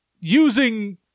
using